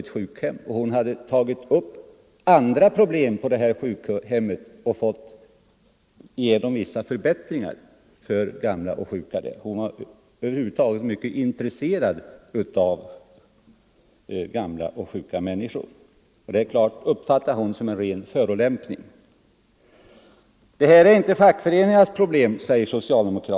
Hon hade också tagit upp olika problem på det här sjukhemmet och fått igenom vissa förbättringar för gamla och sjuka där. Hon var över huvud taget mycket intresserad av gamla och sjuka människor, och det är klart att hon därför uppfattade uttalandet som en ren förolämpning. Det här är fackföreningarnas problem, säger socialdemokraterna.